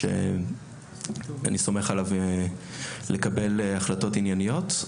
שאני סומך עליו שיקבל החלטות ענייניות.